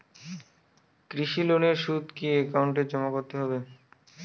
কৃষি লোনের সুদ কি একাউন্টে জমা করতে হবে?